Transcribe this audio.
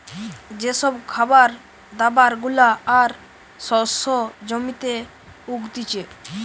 যে সব খাবার দাবার গুলা আর শস্য জমিতে উগতিচে